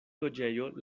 loĝejo